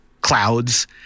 clouds